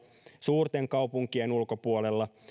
suurten kaupunkien ulkopuolella